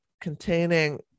containing